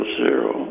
zero